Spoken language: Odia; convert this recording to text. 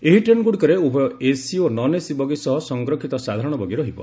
ଏହି ଟ୍ରେନ୍ଗୁଡ଼ିକରେ ଉଭୟ ଏସି ଓ ନନ୍ଏସି ବଗି ସହ ସଂରକ୍ଷିତ ସାଧାରଣ ବଗି ରହିବ